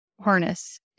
harness